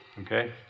Okay